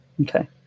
okay